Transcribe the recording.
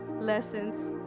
lessons